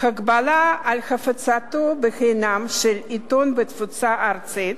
(הגבלה על הפצתו בחינם של עיתון בתפוצה ארצית),